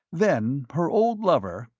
then, her old lover,